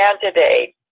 candidate